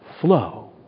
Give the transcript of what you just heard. flow